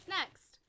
Next